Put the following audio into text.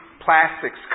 plastics